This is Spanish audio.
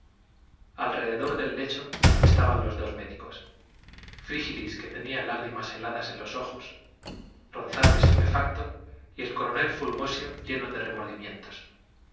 alrededor del lecho estaban los dos médicos frígilis que tenía lágrimas heladas en los ojos ronzal estupefacto y el coronel fulgosio lleno de remordimientos